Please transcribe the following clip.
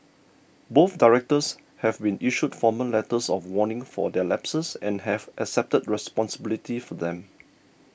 both directors have been issued formal letters of warning for their lapses and have accepted responsibility for them